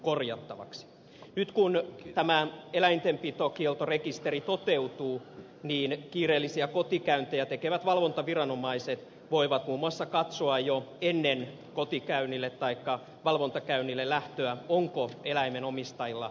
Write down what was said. nyt kun tämä eläintenpitokieltorekisteri toteutuu kiireellisiä kotikäyntejä tekevät valvontaviranomaiset voivat muun muassa katsoa jo ennen kotikäynnille taikka valvontakäynnille lähtöä onko eläimen omistajalla mahdollista kieltoa